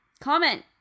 Comment